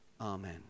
Amen